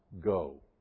go